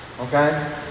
Okay